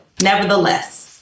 Nevertheless